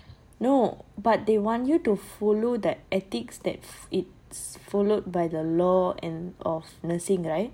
no but they want you to follow the ethics that it's followed by the law and of nursing right